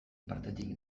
partetik